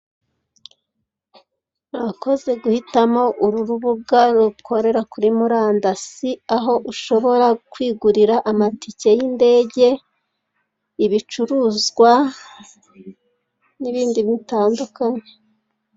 Urakoze guhitamo uru rubuga rukorere kuri muri andasi aho ushobora kwigurira amatike y'indege, ibicuruzwa n'ibindi bitandukanye.